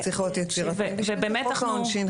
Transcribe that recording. צריך לראות יצירתי --- חוק העונשין חל.